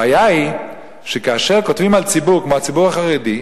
הבעיה היא שכאשר כותבים על ציבור כמו הציבור החרדי,